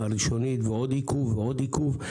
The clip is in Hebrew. הראשונית, ועוד עיכוב, ועוד עיכוב.